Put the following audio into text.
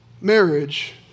Marriage